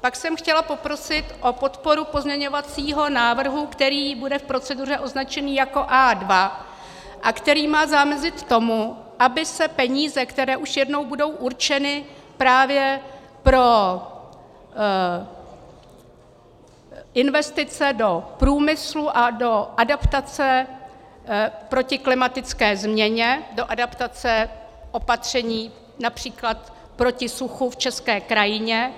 Pak jsem chtěla poprosit o podporu pozměňovacího návrhu, který bude v proceduře označený jako A2 a který má zamezit tomu, aby se peníze, které už jednou budou určeny právě pro investice do průmyslu a do adaptace proti klimatické změně, do adaptace opatření například proti suchu v české krajině,